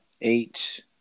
eight